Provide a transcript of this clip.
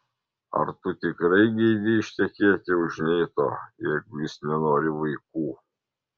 ar tu tikrai geidi ištekėti už neito jeigu jis nenori vaikų